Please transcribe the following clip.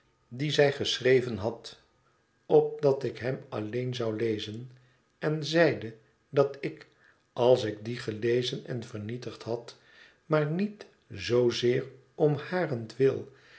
dien zij geschreven had opdat ik hem alleen zou lezen en zeide dat ik als ik dien gelezen en vernietigd had maar niet zoozeer om